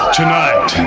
tonight